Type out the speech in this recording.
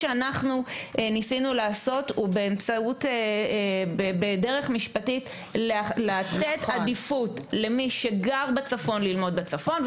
ניסינו באמצעות דרך משפטית לתת עדיפות למי שגר בצפון ללמוד בצפון,